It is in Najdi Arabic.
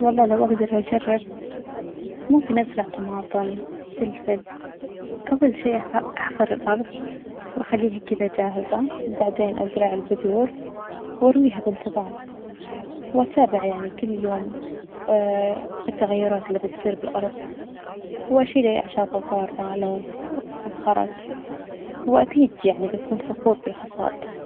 والله لو أجدر أجرب ممكن أزرع طماطم، فلفل، أول شئ أحفر الأرض وأخليها كدة جاهزة ،بعدين أزرع البذور وأرويها بإنتظام وأتابع يعني كل يوم التغيرات اللي بتصير بالأرظ وأشيل الأعشاب الظارة لو أذهرت وأكيد يعني بكون فخور بالحصاد.